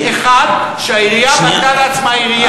אחד, שהעירייה בנתה לעצמה עירייה.